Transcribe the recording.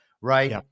right